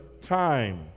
time